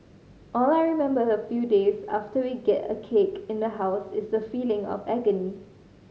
all I remember a few days after we get a cake in the house is the feeling of agony